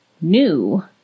new